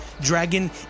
Dragon